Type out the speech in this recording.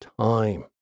time